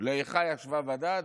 ל"איכה ישבה בדד"